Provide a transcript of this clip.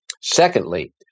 Secondly